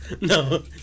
No